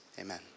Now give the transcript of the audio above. Amen